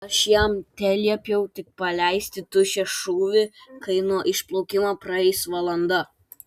aš jam teliepiau tik paleisti tuščią šūvį kai nuo išplaukimo praeis valanda